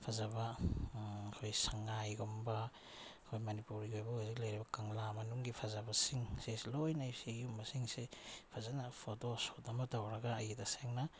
ꯐꯖꯕ ꯑꯩꯈꯣꯏ ꯁꯉꯥꯏꯒꯨꯝꯕ ꯑꯩꯈꯣꯏ ꯃꯅꯤꯄꯨꯔꯒꯤ ꯑꯣꯏꯕ ꯍꯧꯖꯤꯛ ꯂꯩꯔꯤꯕ ꯀꯪꯂꯥ ꯃꯅꯨꯡꯒꯤ ꯐꯖꯕꯁꯤꯡ ꯁꯤꯁꯨ ꯂꯣꯏꯅ ꯑꯩ ꯁꯤꯒꯨꯝꯕꯁꯤꯡꯁꯦ ꯐꯖꯅ ꯐꯣꯇꯣ ꯁꯣꯠ ꯑꯃ ꯇꯧꯔꯒ ꯑꯩ ꯇꯁꯦꯡꯅ